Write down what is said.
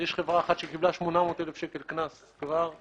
יש חברה אחת שקיבלה 800,000 שקל קנס כבר.